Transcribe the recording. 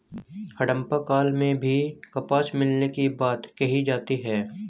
हड़प्पा काल में भी कपास मिलने की बात कही जाती है